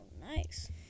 Nice